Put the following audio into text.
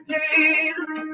Jesus